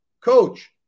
coach